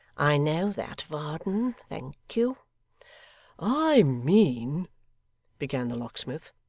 i know that, varden. thank you i mean began the locksmith.